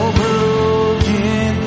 broken